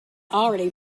already